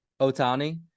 Otani